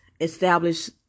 establish